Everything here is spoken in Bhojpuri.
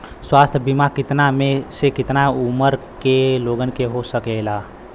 स्वास्थ्य बीमा कितना से कितना उमर के लोगन के हो सकेला?